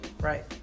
Right